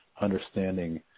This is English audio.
understanding